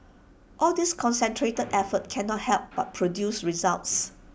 all this concentrated effort cannot help but produce results